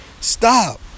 Stop